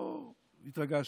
לא התרגשתי.